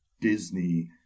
Disney